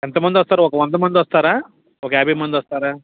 ఎంతమంది వస్తారు ఒక వంద మంది వస్తారా ఒక యాభై మంది వస్తారా